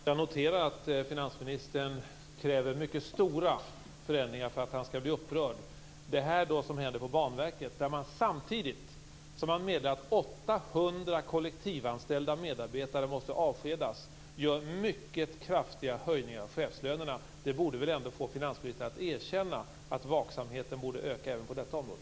Fru talman! Jag noterar att finansministern kräver mycket stora förändringar för att han skall bli upprörd. Det som hände inom Banverket skedde samtidigt som man meddelade att 800 kollektivanställda medarbetare måste avskedas. Det var mycket kraftiga höjningar av chefslönerna. Det borde väl ändå få finansministern att erkänna att vaksamheten borde öka även på detta område.